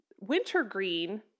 wintergreen